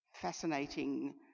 fascinating